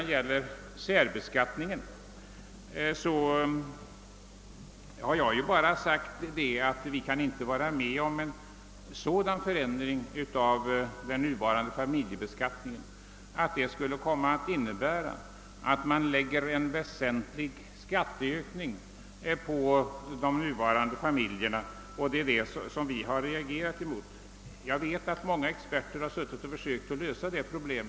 Vad gäller särbeskattningen har jag bara sagt att vi inte kan gå med på en sådan förändring av den nuvarande familjebeskattningen att den skulle medföra en väsentlig skatteökning för familjerna. Det är det som vi har reagerat mot. Jag vet att många experter arbetat med att försöka lösa detta problem.